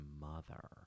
mother